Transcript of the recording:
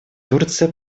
турция